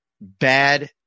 bad